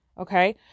Okay